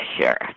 sure